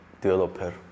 developer